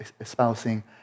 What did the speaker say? espousing